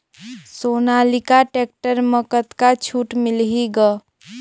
Sonalika tractor म कतका छूट मिलही ग?